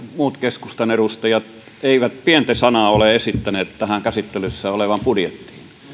muut keskustan edustajat eivät pientä sanaa ole esittäneet tähän käsittelyssä olevaan budjettiin